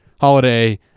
holiday